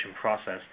process